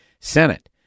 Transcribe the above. Senate